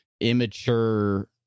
immature